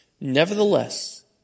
Nevertheless